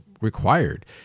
required